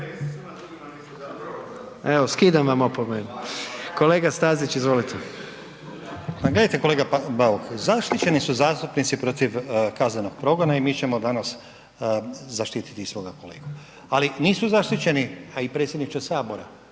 Evo, skidam vam opomenu. Kolega Stazić, izvolite. **Stazić, Nenad (SDP)** Pa gledajte kolega Bauk. Zaštićeni su zastupnici protiv kaznenog progona i mi ćemo danas zaštiti i svoga kolegu. Ali nisu zaštićeni, a i predsjedniče Sabora